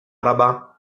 araba